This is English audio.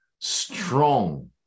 strong